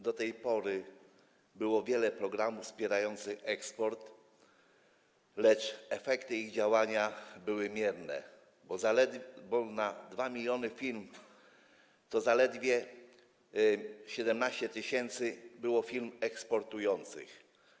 Do tej pory było wiele programów wspierających eksport, lecz efekty ich działania były mierne, bo na 2 mln firm było zaledwie 17 tys. firm eksportujących.